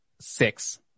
Six